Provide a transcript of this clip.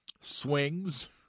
swings